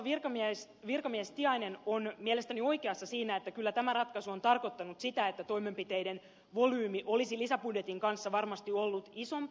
neuvotteleva virkamies tiainen on mielestäni oikeassa siinä että kyllä tämä ratkaisu on tarkoittanut sitä että toimenpiteiden volyymi olisi lisäbudjetin kanssa varmasti ollut isompi